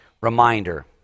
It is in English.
reminder